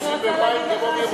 אני רוצה להגיד לך,